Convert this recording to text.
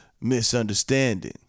misunderstanding